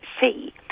see